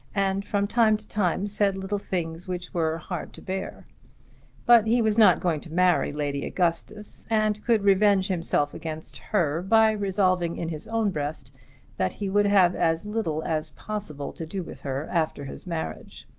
and from time to time said little things which were hard to bear but he was not going to marry lady augustus, and could revenge himself against her by resolving in his own breast that he would have as little as possible to do with her after his marriage.